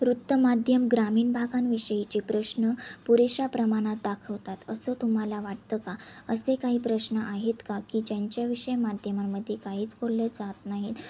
वृत्तमाध्यम ग्रामीण भागांविषयीचे प्रश्न पुरेशा प्रमाणात दाखवतात असं तुम्हाला वाटतं का असे काही प्रश्न आहेत का की ज्यांच्याविषयी माध्यमांमध्ये काहीच बोलले जात नाहीत